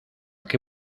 qué